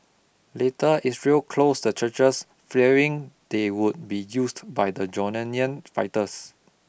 later Israel closed the churches fearing they would be used by the Jordanian fighters